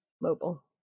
Mobile